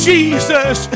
Jesus